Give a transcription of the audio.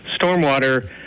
stormwater